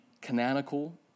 canonical